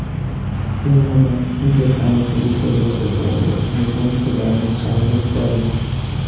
केवनो बैंकिंग के काम शुरू कईला से पहिले अपनी एजेंट के बारे में छानबीन कर लअ